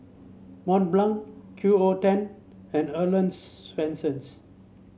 Mont Blanc Q O Ten and Earl's Swensens